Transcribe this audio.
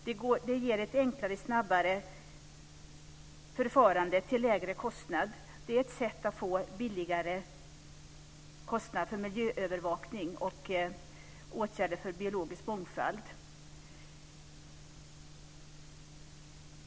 Det ger ett enklare och snabbare förfarande till lägre kostnad. Det är ett sätt att få lägre kostnad för miljöövervakning och åtgärder för biologisk mångfald.